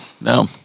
No